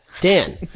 Dan